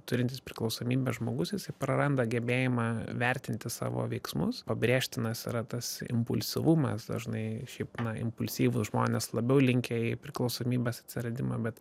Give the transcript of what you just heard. turintis priklausomybę žmogus jisai praranda gebėjimą vertinti savo veiksmus pabrėžtinas yra tas impulsyvumas dažnai šiaip na impulsyvūs žmonės labiau linkę į priklausomybės atsiradimą bet